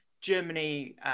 Germany